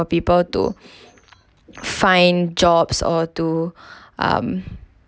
for people to find jobs or to um